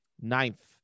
Ninth